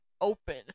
open